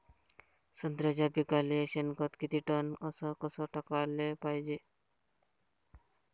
संत्र्याच्या पिकाले शेनखत किती टन अस कस टाकाले पायजे?